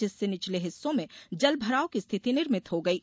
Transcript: जिससे निचले हिस्सो में जल भराव की रिथति निर्मित हो गयी